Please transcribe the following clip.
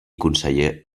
conseller